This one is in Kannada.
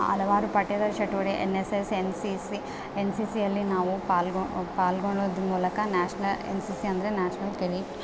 ಹಲವಾರು ಪಠ್ಯೇತರ ಚಟುವಟಿಕೆ N S S N C C N C ಸಿಯಲ್ಲಿ ನಾವು ಪಾಲ್ಗೊ ಪಾಲ್ಗೊಳ್ಳೋದು ಮೂಲಕ ನ್ಯಾಶ್ನ ಎನ್ ಸಿ ಸಿ ಅಂದರೆ ನ್ಯಾಶನಲ್ ಕೆಡಿಟ್